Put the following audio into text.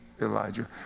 Elijah